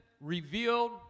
revealed